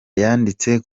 yanditse